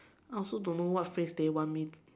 I also don't know what phrase they want me to